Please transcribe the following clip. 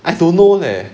I don't know leh